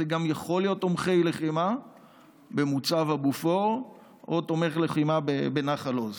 זה גם יכול להיות תומכי לחימה במוצב הבופור או תומך לחימה בנחל עוז,